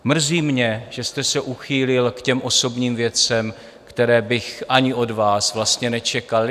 Mrzí mě, že jste se uchýlil k těm osobním věcem, které bych ani od vás vlastně nečekal.